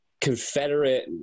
Confederate